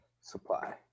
Supply